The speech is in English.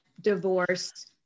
divorce